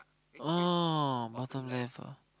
oh bottom left ah